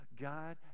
God